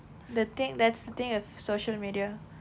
the thing that's the thing with social media